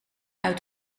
uit